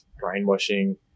brainwashing